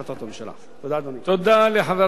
תודה לחבר הכנסת מאיר שטרית.